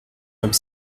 comme